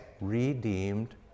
redeemed